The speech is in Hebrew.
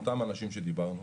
אותם אנשים שדיברנו עליהם,